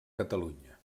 catalunya